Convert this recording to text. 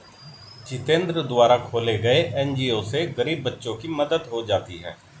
जितेंद्र द्वारा खोले गये एन.जी.ओ से गरीब बच्चों की मदद हो जाती है